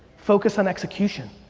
focus on execution.